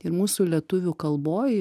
ir mūsų lietuvių kalboj